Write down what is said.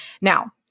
Now